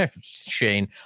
Shane